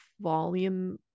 volume